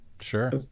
Sure